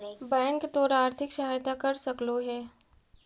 bank तोर आर्थिक सहायता कर सकलो हे